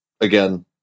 again